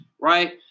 right